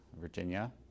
Virginia